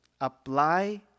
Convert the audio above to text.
Apply